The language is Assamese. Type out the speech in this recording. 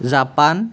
জাপান